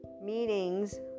meetings